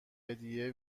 هدیه